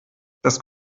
das